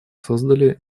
создали